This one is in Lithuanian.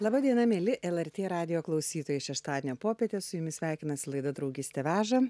laba diena mieli lrt radijo klausytojai šeštadienio popietę su jumis sveikinasi laida draugystė veža